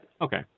Okay